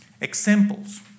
examples